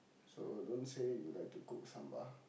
so don't say you like to cook sambal